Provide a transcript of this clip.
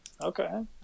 Okay